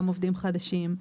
גם עובדים חדשים.